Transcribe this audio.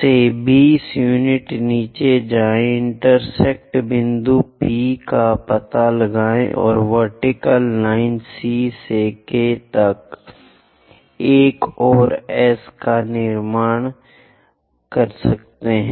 से 20 यूनिट नीचे जाएं इंटेरसेक्ट बिंदु P का पता लगाएं और वर्टीकल लाइन C से K तक एक और S का पता लगाएं